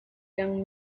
young